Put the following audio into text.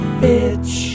bitch